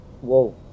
whoa